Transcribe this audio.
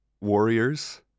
warriors